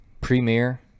premiere